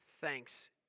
thanks